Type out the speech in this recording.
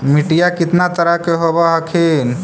मिट्टीया कितना तरह के होब हखिन?